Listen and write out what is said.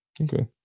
Okay